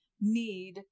need